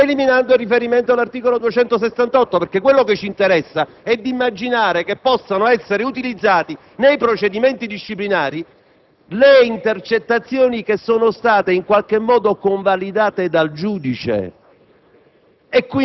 consenso), eliminando tale riferimento. Quello che ci interessa è immaginare che possano essere utilizzati nei procedimenti disciplinari le intercettazioni che sono state in qualche modo convalidate dal giudice